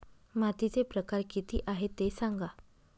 मातीचे प्रकार किती आहे ते सांगा